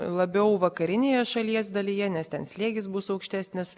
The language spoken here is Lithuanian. labiau vakarinėje šalies dalyje nes ten slėgis bus aukštesnis